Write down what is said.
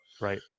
Right